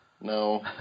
No